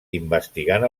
investigant